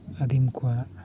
ᱟᱹᱫᱤᱢ ᱠᱚᱣᱟᱜ